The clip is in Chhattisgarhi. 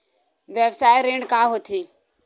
व्यवसाय ऋण का होथे?